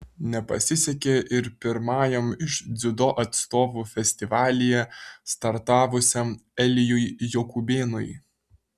nepasisekė ir pirmajam iš dziudo atstovų festivalyje startavusiam elijui jokubėnui